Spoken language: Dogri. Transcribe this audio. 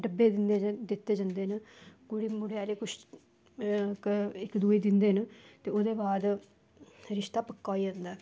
डिब्बे दित्ते जंदे न कुड़ी मुडे़ आह्ले इक दूए गी दिंदे न ते ओह्दे बाद रिशता पक्का होई जंदा